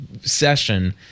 session